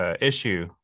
issue